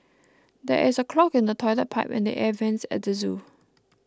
there is a clog in the Toilet Pipe and the Air Vents at the zoo